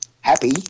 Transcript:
happy